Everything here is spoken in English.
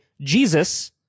Jesus